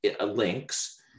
links